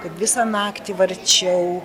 kad visą naktį varčiau